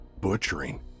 butchering